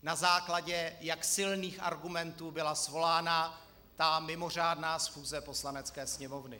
Na základě jak silných argumentů byla svolána ta mimořádná schůze Poslanecké sněmovny.